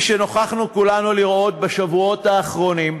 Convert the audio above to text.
כפי שנוכחנו כולנו לראות בשבועות האחרונים,